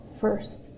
first